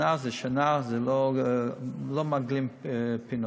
שנה זה שנה, ולא מעגלים פינות.